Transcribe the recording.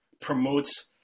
Promotes